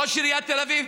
ראש עיריית תל אביב,